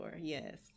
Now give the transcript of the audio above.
Yes